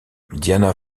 diana